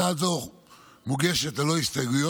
הצעה זו מוגשת ללא הסתייגויות,